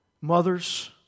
mothers